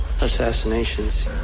assassinations